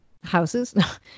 Houses